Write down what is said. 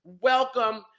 welcome